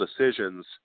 decisions